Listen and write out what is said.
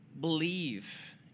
believe